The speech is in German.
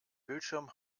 bildschirm